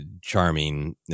charming